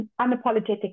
unapologetic